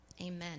Amen